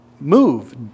move